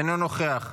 אינו נוכח,